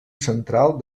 central